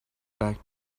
back